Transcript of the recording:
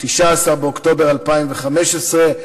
19 באוקטובר 2015,